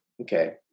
okay